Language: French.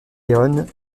léon